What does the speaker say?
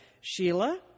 Sheila